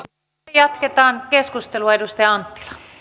jatketaan keskustelua arvoisa puhemies